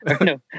no